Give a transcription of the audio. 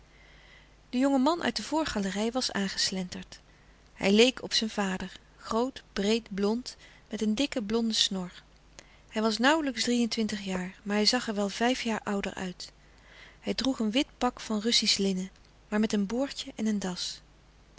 de jonge man uit de voorgalerij was aangeslenterd hij leek op zijn vader groot breed blond met een dikken blonden snor hij was nauwlijks drie-en-twintig jaar maar hij zag er wel vijf jaar ouder uit hij droeg een wit pak van russisch linnen maar met een boordje en een das